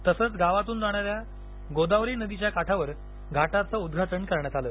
तसंच गावातून जाणाऱ्या गोदावरी नदीच्या काठावर घाटाचं उद्घाटन करण्यात आलं